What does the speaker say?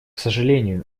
сожалению